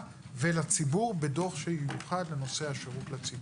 ולציבור בדוח שייוחד לנושא השירות לציבור.